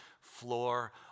floor